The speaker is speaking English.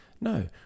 No